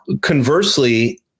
conversely